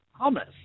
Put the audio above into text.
Hummus